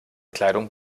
kleidung